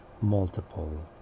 multiple